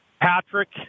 Patrick